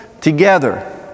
together